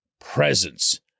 presence